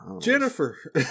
jennifer